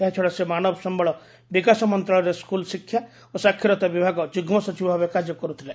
ଏହାଛଡ଼ା ସେ ମାନବ ସମ୍ଭଳ ବିକାଶ ମନ୍ତ୍ରଣାଳୟରେ ସ୍କୁଲ୍ ଶିକ୍ଷା ଓ ସାକ୍ଷରତା ବିଭାଗ ଯୁଗ୍ଲ ସଚିବ ଭାବେ କାର୍ଯ୍ୟ କରୁଥିଲେ